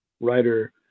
writer